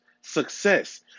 success